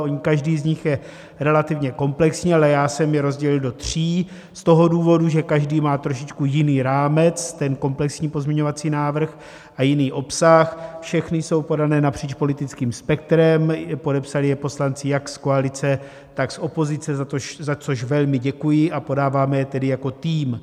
On každý z nich je relativně komplexní, ale já jsem je rozdělil do tří z toho důvodu, že každý má trošičku jiný rámec, ten komplexní pozměňovací návrh, a jiný obsah, všechny jsou podané napříč politickým spektrem, podepsali je poslanci jak z koalice, tak z opozice, za což velmi děkuji, a podáváme je tedy jako tým.